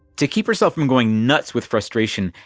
to keep herself from going nuts with frustration,